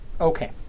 okay